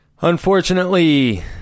Unfortunately